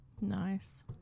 nice